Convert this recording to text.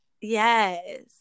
Yes